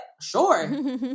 Sure